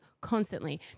constantly